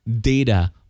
data